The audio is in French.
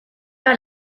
pas